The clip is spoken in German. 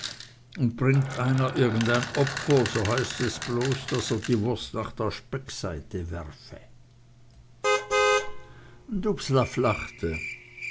und bringt einer irgendein opfer so heißt es bloß daß er die wurst nach der speckseite werfe